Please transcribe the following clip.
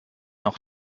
nur